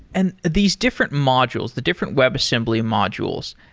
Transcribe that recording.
and these different modules, the different webassembly modules,